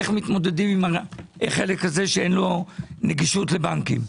איך מתמודדים עם החלק הזה שאין לו נגישות לבנקים.